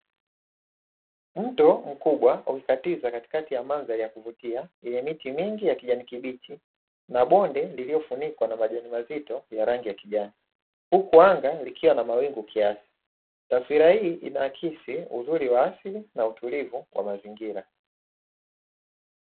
Mto mkubwa umekatiza katikati ya mandhari ya kuvutia yenye miti mingi ya kijani kibichi na bonde lililo funikwa na majani mazito ya rangi ya kijani huku anga likiwa na mawingu kiasi, taswira hii inahakisi uzuri wa ardhi na utulivu wa mazingira.